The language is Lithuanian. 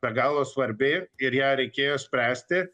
be galo svarbi ir ją reikėjo spręsti